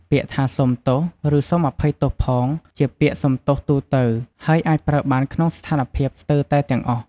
ពាក្យថា សូមទោស ឬ សូមអភ័យទោសផង ជាពាក្យសុំទោសទូទៅ ហើយអាចប្រើបានក្នុងស្ថានភាពស្ទើរតែទាំងអស់។